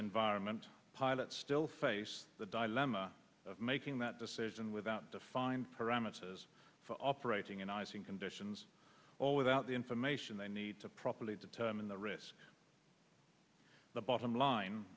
environment pilots still face the dial emma of making that decision without defined parameters for operating in icing conditions or without the information they need to properly determine the risk the bottom line